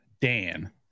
Dan